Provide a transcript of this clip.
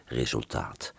resultaat